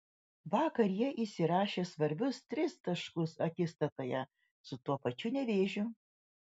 vakar jie įsirašė svarbius tris taškus akistatoje su tuo pačiu nevėžiu